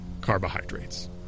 carbohydrates